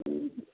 हूँ